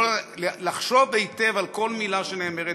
לחשוב היטב על כל מילה שנאמרת,